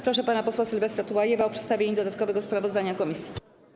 Proszę pana posła Sylwestra Tułajewa o przedstawienie dodatkowego sprawozdania komisji.